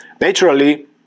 Naturally